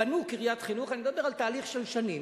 בנו קריית חינוך, אני מדבר על תהליך של שנים,